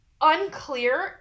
unclear